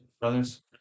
Brothers